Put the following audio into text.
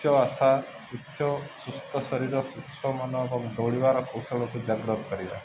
ଉଚ୍ଚ ଆଶା ଉଚ୍ଚ ସୁସ୍ଥ ଶରୀର ସୁସ୍ଥ ମନ ଦୌଡ଼ିବାର କୌଶଳକୁ ଜାଗ୍ରତ କରିବା